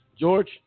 George